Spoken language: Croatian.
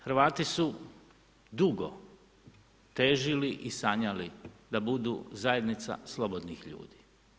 Hrvati su dugo težili i sanjali da budu zajednica slobodnih ljudi.